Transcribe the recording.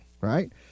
right